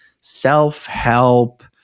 self-help